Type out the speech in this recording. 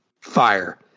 fire